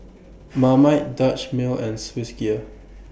Marmite Dutch Mill and Swissgear